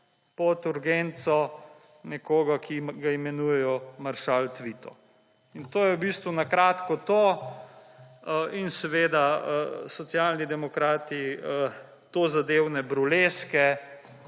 pod urgenco nekoga, ki ga imenujejo maršal Tito, in to je v bistvu na kratko to. In seveda, Socialni demokrati tozadevne burleske